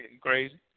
Crazy